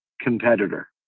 competitor